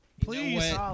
Please